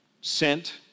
sent